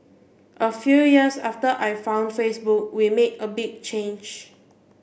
a few years after I found Facebook we made a big change